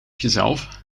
jezelf